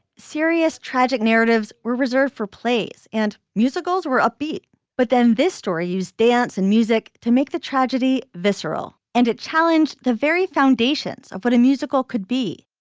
serious tragic narratives were reserved for plays and musicals were upbeat but then this story used dance and music to make the tragedy visceral and it challenged the very foundations of what a musical could be.